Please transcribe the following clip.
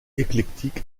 éclectique